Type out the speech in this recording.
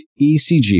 ECG